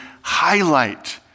highlight